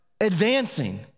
advancing